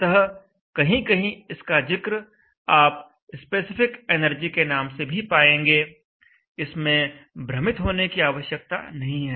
अतः कहीं कहीं इसका जिक्र आप स्पेसिफिक एनर्जी के नाम से भी पाएंगे इसमें भ्रमित होने की आवश्यकता नहीं है